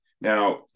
Now